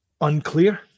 Unclear